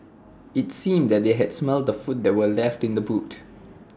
IT seemed that they had smelt the food that were left in the boot